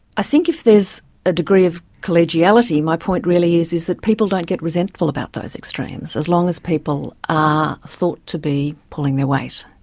i think if there is a degree of collegiality, my point really is that people don't get resentful about those extremes, as long as people are thought to be pulling their weight.